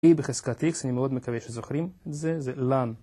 e בחזקת x, אני מאוד מקווה שזוכרים את זה, זה lan